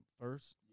first